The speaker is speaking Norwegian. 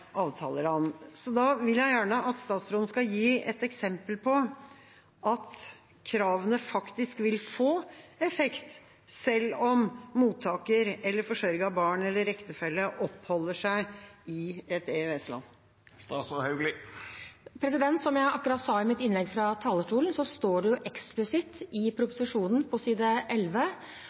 Da vil jeg gjerne at statsråden gir et eksempel på at kravene faktisk vil få effekt selv om mottaker eller forsørget barn eller ektefelle oppholder seg i et EØS-land. Som jeg akkurat sa i mitt innlegg fra talerstolen, står det eksplisitt i proposisjonen, på side